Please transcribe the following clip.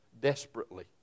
desperately